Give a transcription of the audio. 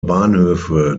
bahnhöfe